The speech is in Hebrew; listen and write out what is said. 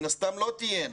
מן הסתם לא תהיינה.